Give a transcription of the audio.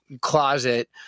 closet